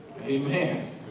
Amen